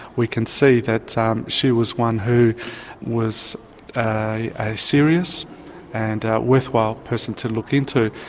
we can see that ah um she was one who was a serious and worthwhile person to look into.